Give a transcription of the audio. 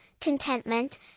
contentment